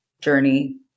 journey